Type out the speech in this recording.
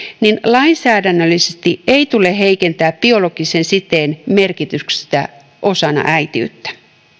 niin lainsäädännöllisesti ei tule heikentää biologisen siteen merkitystä osana äitiyttä